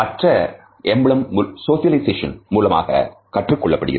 மற்ற எம்பளம் socialization மூலமாக கற்றுக் கொள்ளப்படுகிறது